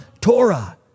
Torah